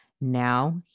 Now